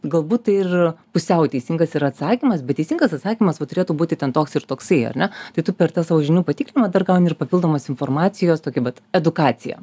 galbūt tai ir pusiau teisingas yra atsakymas bet teisingas atsakymas va turėtų būti ten toks ir toksai ar ne tai tu per tą savo žinių patikrinimą dar gauni ir papildomos informacijos tokia vat edukacija